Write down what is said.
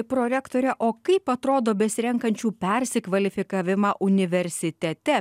prorektore o kaip atrodo besirenkančių persikvalifikavimą universitete